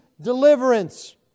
deliverance